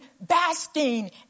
basking